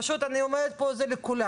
פשוט אני אומרת פה את זה לכולם.